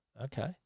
Okay